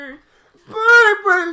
Baby